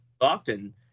often